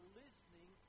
listening